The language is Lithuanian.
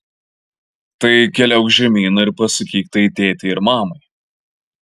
tai keliauk žemyn ir pasakyk tai tėtei ir mamai